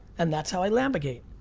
and that's how i lambigate.